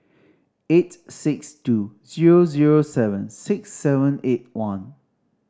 eight six two zero zero seven six seven eight one